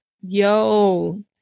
Yo